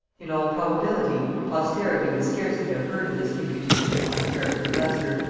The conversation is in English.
in all probability, posterity would scarcely have heard of this imputation on the character of leicester,